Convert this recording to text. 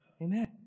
Amen